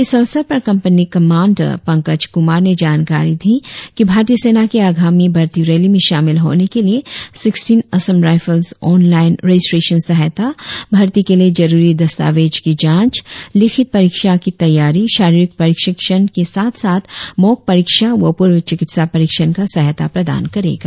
इस अवसर पर कंपनी कमांडर पंकज कुमार ने जानकारी दी कि भारतीय सेना के आगामी भर्ती रैली में शामिल होने के लिए sixteen Assam rifles online registration सहायता भर्ती के लिए जरुरी दस्तावेज की जांच लिखित परीक्षा की तैयारी शारीरिक प्रशिक्षण के साथ साथ मॉक परीक्षा व प्रर्व चिकित्सा परीक्षण का सहायता प्रदान करेगा